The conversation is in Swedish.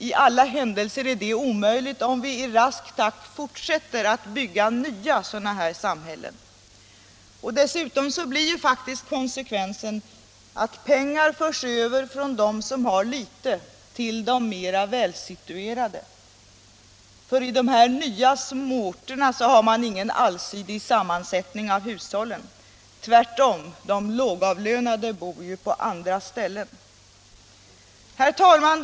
I alla händelser är det omöjligt om vi i rask takt fortsätter att bygga sådana nya samhällen. Dessutom blir ju faktiskt konsekvensen att pengar förs över från dem som har litet till de mer välsituerade, för de nya småorterna har ingen allsidig sammansättning av hushållen. Tvärtom, de lågavlönade bor på andra ställen. Herr talman!